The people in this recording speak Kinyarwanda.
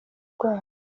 rwabo